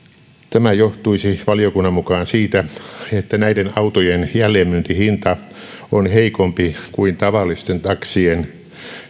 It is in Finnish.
tämä johtuisi valiokunnan mukaan siitä että näiden autojen jälleenmyyntihinta on heikompi kuin tavallisten taksien